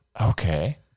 Okay